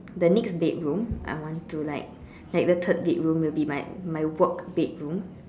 the next bedroom I want to like like the third bedroom will be my my work bedroom